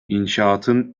i̇nşaatın